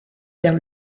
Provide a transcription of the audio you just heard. vers